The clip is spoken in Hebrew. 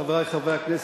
חברי חברי הכנסת,